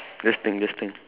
just think just think